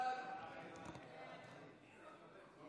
ההצעה להעביר את הצעת חוק המועצה להשכלה